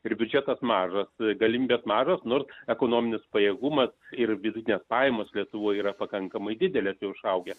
ir biče kad mažos galimybės maro nors ekonominis pajėgumas ir vidutinės pajamos lietuvoje yra pakankamai didelė kai užaugę